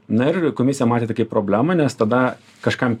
na ir komisija matė tai kaip problemą nes tada kažkam